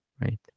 right